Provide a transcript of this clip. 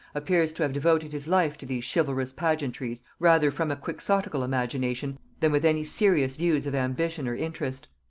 appears to have devoted his life to these chivalrous pageantries rather from a quixotical imagination than with any serious views of ambition or interest.